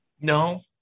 No